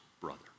brother